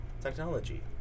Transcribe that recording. technology